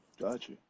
gotcha